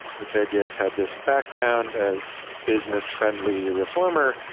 medvedev had this background as business friendly reformer,